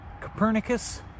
Copernicus